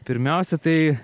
pirmiausia tai